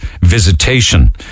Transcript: visitation